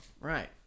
right